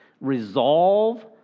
Resolve